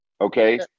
okay